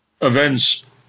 events